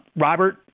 Robert